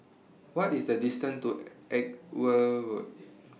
What IS The distance to Edgware Road